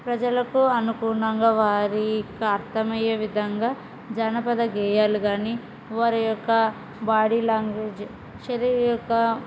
ప్రజలకు అనుగుణంగా వారికి అర్థమయ్యే విధంగా జానపద గేయాలు కానీ వారి యొక్క బాడీ లాంగ్వేజ్ శరీరం యొక్క